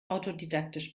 autodidaktisch